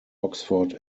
oxford